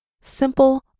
simple